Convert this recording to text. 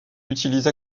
utilise